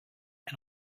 and